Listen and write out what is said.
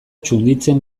txunditzen